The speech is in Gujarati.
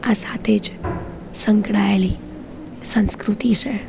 આ સાથે જ સંકળાએલિ સંસ્કૃતિ છે